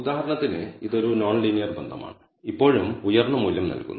ഉദാഹരണത്തിന് ഇതൊരു non linear ബന്ധമാണ് ഇപ്പോഴും ഉയർന്ന മൂല്യം നൽകുന്നു